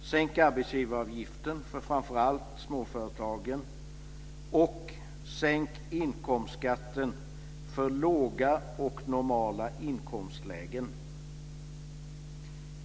Sänk arbetsgivaravgiften för framför allt småföretagen, och sänk inkomstskatten när det gäller låga och normala inkomstlägen!